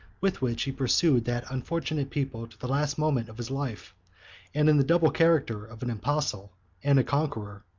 with which he pursued that unfortunate people to the last moment of his life and in the double character of an apostle and a conqueror,